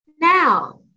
Now